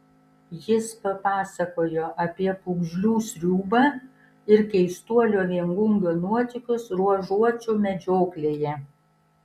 jis papasakojo apie pūgžlių sriubą ir keistuolio viengungio nuotykius ruožuočių medžioklėje